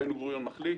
בן גוריון מחליט,